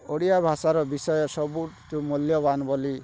ଓଡ଼ିଆ ଭାଷାର ବିଷୟ ସବୁଠୁ ମୂଲ୍ୟବାନ ବୋଲି